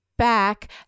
back